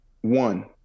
one